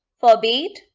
forbade,